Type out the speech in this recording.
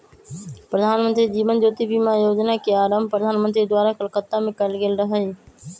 प्रधानमंत्री जीवन ज्योति बीमा जोजना के आरंभ प्रधानमंत्री द्वारा कलकत्ता में कएल गेल रहइ